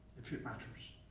if it matters.